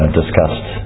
discussed